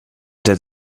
that